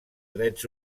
drets